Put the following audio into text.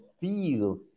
feel